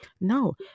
No